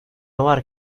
var